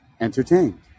entertained